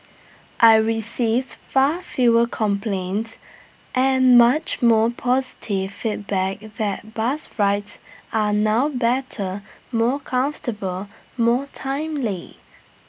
I received far fewer complaints and much more positive feedback that bus rides are now better more comfortable more timely